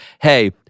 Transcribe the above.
hey